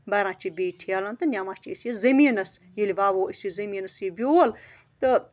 بَران چھِ بیٚیہِ ٹھیلَن تہٕ نِوان چھِ أسۍ یہِ زٔمیٖنَس ییٚلہِ وَوو أسۍ یہِ زٔمیٖنَس یہِ بیول تہٕ